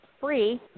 free